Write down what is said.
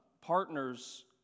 partners